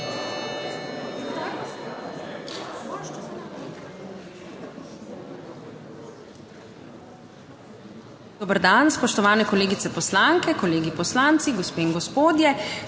Dober dan, Spoštovane kolegice poslanke, kolegi poslanci, gospe in gospodje!